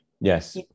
Yes